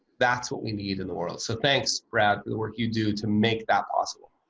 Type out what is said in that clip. that's what we need in the world so thanks, brad, for the work you do to make that possible.